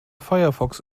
firefox